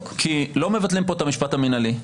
כי לא מבטלים פה את המשפט המנהלי.